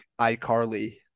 iCarly